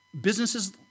Businesses